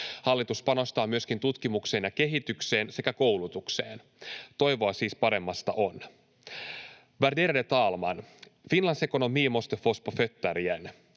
Hallitus panostaa myöskin tutkimukseen ja kehitykseen sekä koulutukseen. Toivoa paremmasta siis on. Värderade talman! Finlands ekonomi måste fås på fötter igen.